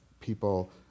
people